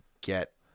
get